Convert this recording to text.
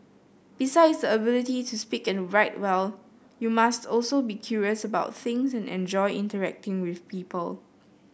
besides the ability to speak and write well you must also be curious about things and enjoy interacting with people